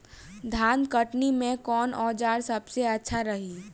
धान कटनी मे कौन औज़ार सबसे अच्छा रही?